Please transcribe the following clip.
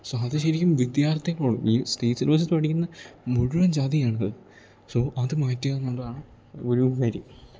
so അത് ശരിക്കും വിദ്യാർത്ഥികളോടും ഈ സ്റ്റേറ്റ് സിലബസ്സിൽ പഠിക്കുന്ന മുഴുവൻ ചതിയാണത് സോ അത് മാറ്റുകയെന്നുള്ളതാണ് ഒഴിവ് കാര്യം